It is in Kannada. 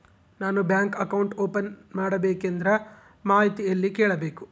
ನಾನು ಬ್ಯಾಂಕ್ ಅಕೌಂಟ್ ಓಪನ್ ಮಾಡಬೇಕಂದ್ರ ಮಾಹಿತಿ ಎಲ್ಲಿ ಕೇಳಬೇಕು?